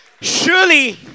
Surely